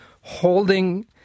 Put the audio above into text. holding